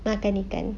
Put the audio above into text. makan ikan